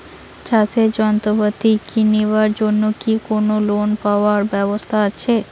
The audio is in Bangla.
চাষের যন্ত্রপাতি কিনিবার জন্য কি কোনো লোন পাবার ব্যবস্থা আসে?